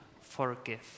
forgive